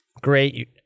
great